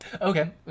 okay